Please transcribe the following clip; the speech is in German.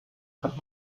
hat